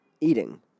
eating